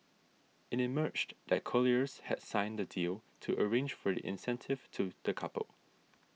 it emerged that Colliers had signed the deal to arrange for the incentive to the couple